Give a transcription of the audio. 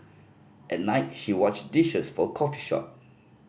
at night she washed dishes for a coffee shop